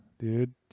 dude